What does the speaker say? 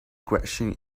crashing